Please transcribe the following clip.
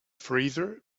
freezer